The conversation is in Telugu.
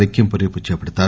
లెక్కింపు రేపు చేపడతారు